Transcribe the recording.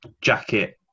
jacket